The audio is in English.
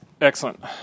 Excellent